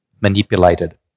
manipulated